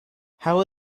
how